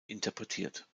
interpretiert